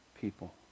people